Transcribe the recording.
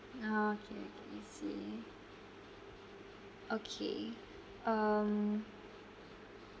okay okay I see okay um